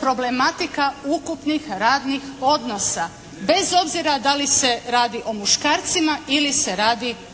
problematika ukupnih radnih odnosa bez obzira da li se radi o muškarcima ili se radi o ženama.